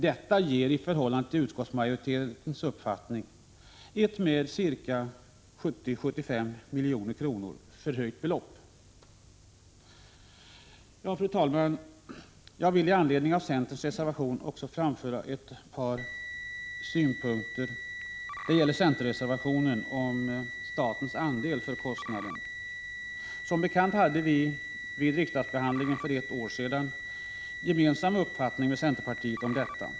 Detta ger i förhållande till utskottsmajoritetens uppfattning ett med 70-75 milj.kr. förhöjt belopp. Fru talman! Jag vill med anledning av centerns reservation rörande statens andel av kostnaderna framföra några synpunkter. Som bekant hade vi vid riksdagsbehandlingen för ett år sedan samma uppfattning som centerpartiet i fråga om detta.